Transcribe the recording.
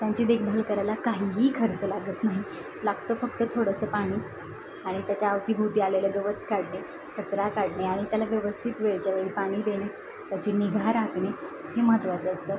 त्यांची देखभाल करायला काहीही खर्च लागत नाही लागतं फक्त थोडंसं पाणी आणि त्याच्या अवतीभवती आलेलं गवत काढणे कचरा काढणे आणि त्याला व्यवस्थित वेळच्या वेळी पाणी देणे त्याची निगा राखणे हे महत्त्वाचं असतं